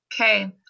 okay